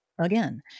Again